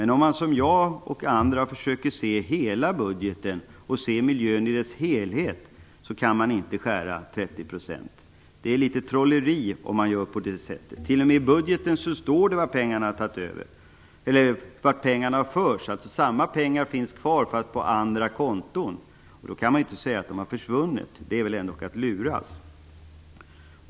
Om man, som jag och andra, försöker se hela budgeten och se miljön i dess helhet, kan man inte skära 30 %. Det är litet trolleri om man gör på det sättet. Det står t.o.m. i budgeten vart pengarna har förts. Samma pengar finns alltså kvar, fast på andra konton, och då kan man inte säga att de har försvunnit. Det är väl ändock att luras.